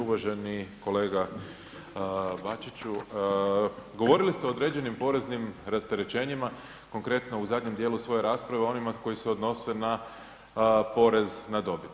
Uvaženi kolega Bačiću, govorili ste o određenim poreznim rasterećenjima konkretno u zadnjem dijelu svoje rasprave o onima koji se odnose na porez na dobit.